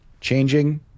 changing